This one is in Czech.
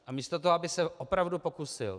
A místo toho, aby se opravdu pokusil...